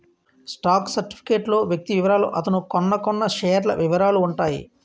stock certificate లో వ్యక్తి వివరాలు అతను కొన్నకొన్న షేర్ల వివరాలు ఉంటాయి